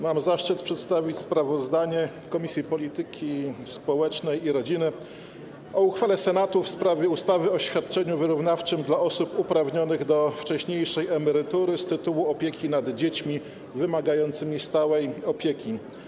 Mam zaszczyt przedstawić sprawozdanie Komisji Polityki Społecznej i Rodziny o uchwale Senatu w sprawie ustawy o świadczeniu wyrównawczym dla osób uprawnionych do wcześniejszej emerytury z tytułu opieki nad dziećmi wymagającymi stałej opieki.